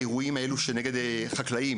אירועים נגד חקלאים,